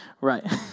right